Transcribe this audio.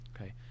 Okay